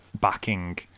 backing